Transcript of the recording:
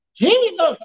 Jesus